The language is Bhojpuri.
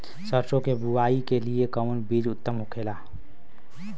सरसो के बुआई के लिए कवन बिज उत्तम होखेला?